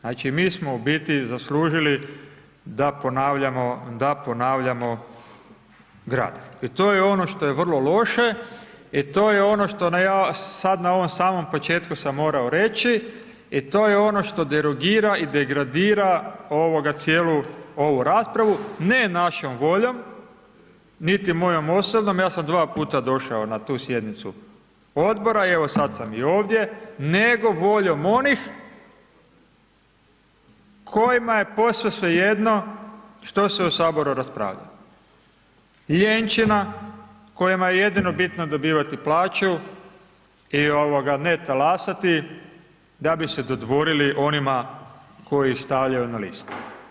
Znači, mi smo u biti zaslužili da ponavljamo gradivo i to je ono što je vrlo loše i to je ono što ja sad na samom ovom početku sam morao reći i to je ono što derogira i degradira cijelu ovu raspravu, ne našom voljom, niti mojom osobnom, ja sam dva puta došao na tu sjednicu odbora, evo sad sam i ovdje, nego voljom onih kojima je posve svejedno što se u HS raspravlja, ljenčina kojima je jedino bitno dobivati plaću i ne talasati, da bi se dodvorili onima koji ih stavljaju na liste.